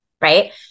right